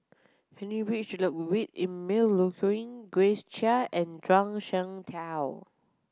Heinrich Ludwig Emil Luering Grace Chia and Zhuang Shengtao